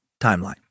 timeline